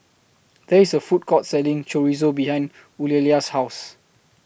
There IS A Food Court Selling Chorizo behind Eulalia's House